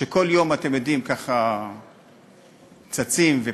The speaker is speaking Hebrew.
שכל יום, אתם יודעים, ככה צצים ופורחים.